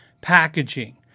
packaging